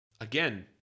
again